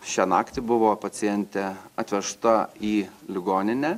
šią naktį buvo pacientė atvežta į ligoninę